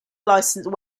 licensed